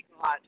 God